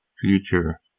future